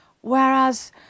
Whereas